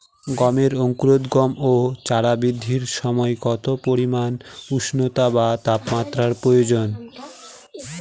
গমের অঙ্কুরোদগম ও চারা বৃদ্ধির সময় কত পরিমান উষ্ণতা বা তাপমাত্রা প্রয়োজন?